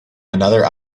another